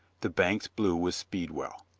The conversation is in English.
the banks blue with speedwell.